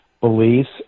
beliefs